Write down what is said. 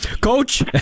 Coach